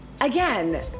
again